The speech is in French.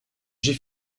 j’ai